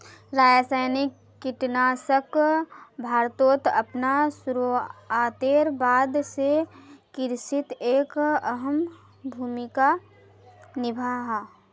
रासायनिक कीटनाशक भारतोत अपना शुरुआतेर बाद से कृषित एक अहम भूमिका निभा हा